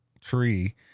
Tree